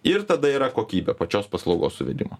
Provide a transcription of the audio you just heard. ir tada yra kokybė pačios paslaugos suvedimo